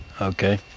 Okay